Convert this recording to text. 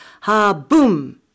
Ha-boom